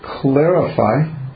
clarify